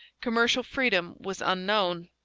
commercial freedom was unknown.